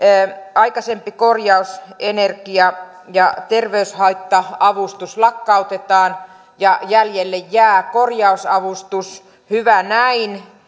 aikaisempi korjaus energia ja terveyshaitta avustus lakkautetaan ja jäljelle jää korjausavustus hyvä näin